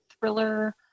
thriller